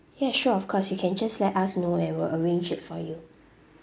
ya sure of course you can just let us know and we will arrange it for you